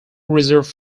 reserve